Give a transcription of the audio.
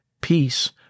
peace